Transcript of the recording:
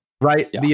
right